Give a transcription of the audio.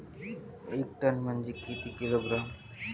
एक टन म्हनजे किती किलोग्रॅम?